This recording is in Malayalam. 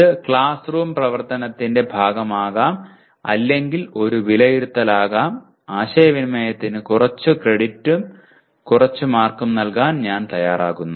ഇത് ക്ലാസ് റൂം പ്രവർത്തനത്തിന്റെ ഭാഗമാകാം അല്ലെങ്കിൽ ഒരു വിലയിരുത്തലാകാം ആശയവിനിമയത്തിന് കുറച്ച് ക്രെഡിറ്റും കുറച്ച് മാർക്കും നൽകാൻ ഞാൻ തയ്യാറാകുന്നു